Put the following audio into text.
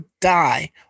die